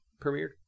premiered